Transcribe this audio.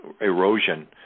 erosion